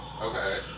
Okay